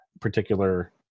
particular